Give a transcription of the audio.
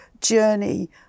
journey